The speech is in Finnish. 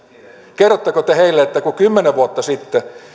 kerrotteko te heille että kun kymmenen vuotta sitten